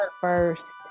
first